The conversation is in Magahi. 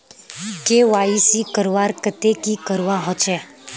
के.वाई.सी करवार केते की करवा होचए?